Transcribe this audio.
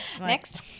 Next